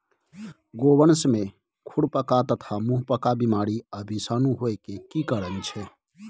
गोवंश में खुरपका तथा मुंहपका बीमारी आ विषाणु होय के की कारण छै?